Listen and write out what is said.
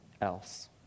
else